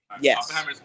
Yes